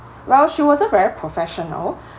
well she wasn't very professional